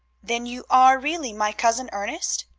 then you are really my cousin ernest?